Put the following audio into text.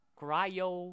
cryo